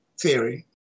theory